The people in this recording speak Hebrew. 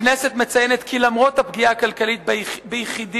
הכנסת מציינת כי למרות הפגיעה הכלכלית ביחידים,